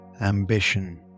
ambition